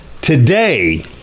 Today